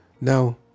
now